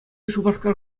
шупашкар